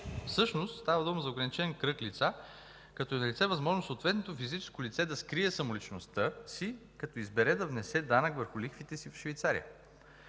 Всъщност става дума за ограничен кръг лица, като е налице възможност съответното физическо лице да скрие самоличността си, като избере да внесе данък върху лихвите си в Швейцария.